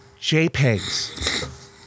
JPEGs